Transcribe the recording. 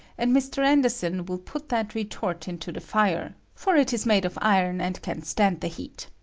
and mr, anderson will put that retort into the fire, for it is made of iron, and can stand the heat.